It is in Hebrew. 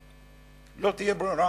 לא תהיה ברירה,